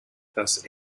thus